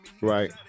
Right